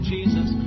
Jesus